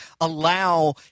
allow